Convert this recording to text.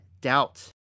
doubt